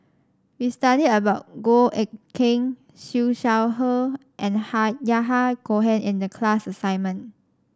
we studied about Goh Eck Kheng Siew Shaw Her and Yahya Cohen in the class assignment